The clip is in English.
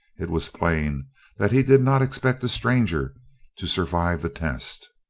it was plain that he did not expect the stranger to survive the test.